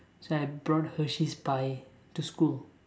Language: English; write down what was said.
so I brought Hershey's pie to school